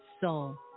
soul